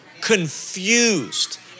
Confused